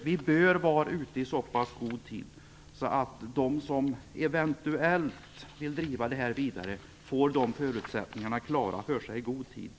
Vi bör vara ute i så god tid att de som eventuellt vill driva frågan vidare får förutsättningarna klara för sig i god tid.